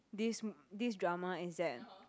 this this drama is that